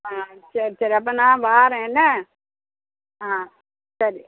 ஆ சரி சரி அப்போ நான் வாரேன் என்ன ஆ சரி